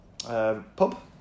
Pub